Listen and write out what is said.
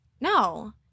No